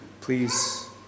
please